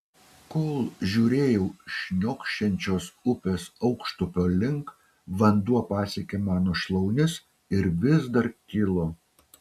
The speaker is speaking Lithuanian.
kol žiūrėjau šniokščiančios upės aukštupio link vanduo pasiekė mano šlaunis ir vis dar kilo